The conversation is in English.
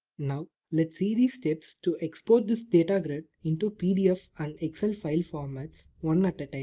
now let's see the steps to export this data grid into pdf and excel file formats one at at a